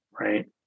right